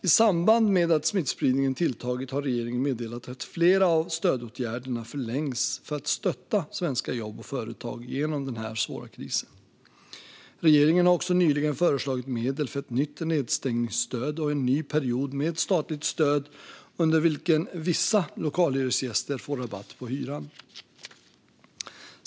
I samband med att smittspridningen tilltagit har regeringen meddelat att flera av stödåtgärderna förlängs för att stötta svenska jobb och företag genom den svåra krisen. Regeringen har också nyligen föreslagit medel för ett nytt nedstängningsstöd och en ny period med statligt stöd under vilken vissa lokalhyresgäster får rabatt på hyran.